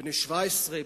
בני 17,